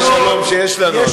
אנחנו מכבדים הסכמי שלום שיש לנו,